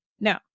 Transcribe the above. no